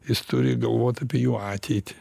jis turi galvot apie jų ateitį